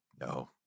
No